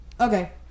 Okay